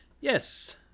Yes